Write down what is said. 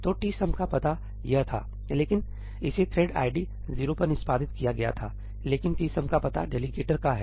तो tsum का पता यह था लेकिन इसे थ्रेड आईडी 0 पर निष्पादित किया गया था लेकिन tsum का पता डेलीगेटर का है